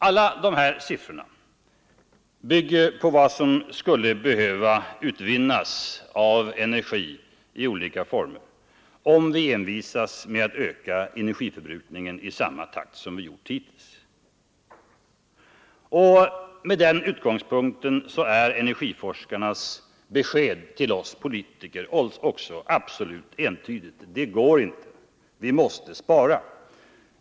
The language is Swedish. Alla dessa siffror bygger på vad som nu skulle behöva utvinnas av energi i olika former, om vi envisas med att öka energiförbrukningen i samma takt som hittills. På den punkten är energiforskarnas besked till oss politiker absolut entydigt. Det går inte.